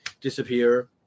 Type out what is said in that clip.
disappear